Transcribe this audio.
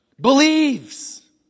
Believes